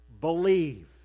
believe